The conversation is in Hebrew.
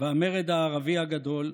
והמרד הערבי הגדול,